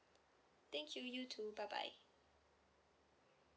thank you you too bye bye